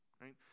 Right